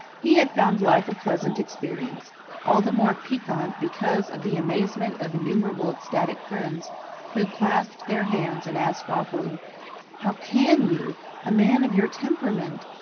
he had found life a pleasant experience all the more piquant because of the amazement of innumerable ecstatic friends who clasped their hands and asked awefully how can you a man of your temperament!